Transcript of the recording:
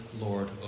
Lord